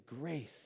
grace